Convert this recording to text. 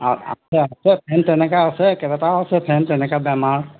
আ আছে আছে ফেন তেনেকুৱা আছে কেইবাটাও আছে ফেন তেনেকুৱা বেমাৰ